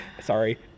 sorry